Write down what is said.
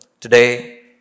Today